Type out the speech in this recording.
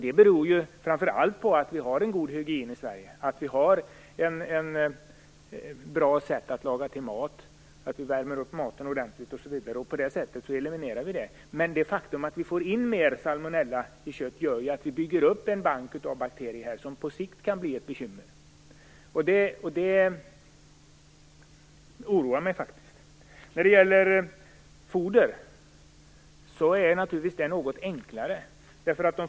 Det beror framför allt på att vi har en god hygien i Sverige, att vi har ett bra sätt att laga till mat där vi värmer upp den ordentligt osv. På detta sätt eliminerar vi risken. Men det faktum att vi får in mer salmonellasmittat kött gör att vi bygger upp en bank av bakterier som på sikt kan bli ett bekymmer. Det oroar mig faktiskt. Situationen för fodret är naturligtvis något enklare.